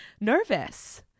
nervous